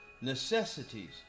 Necessities